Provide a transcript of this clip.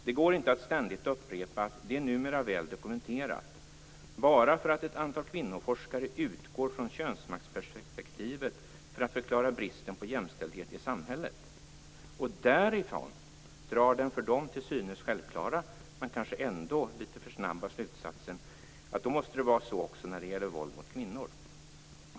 Det går inte att ständigt upprepa att "det är numera väl dokumenterat", bara för att ett antal kvinnoforskare utgår från könsmaktsperspektivet för att förklara bristen på jämställdhet i samhället och därifrån drar den för dem till synes självklara, men kanske ändå litet för snabba slutsatsen att det då måste vara så också när det gäller våld mot kvinnor.